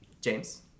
James